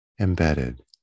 embedded